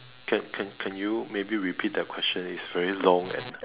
can can can you maybe repeat that question it's very long and